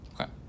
Okay